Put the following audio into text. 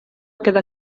quedar